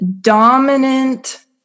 dominant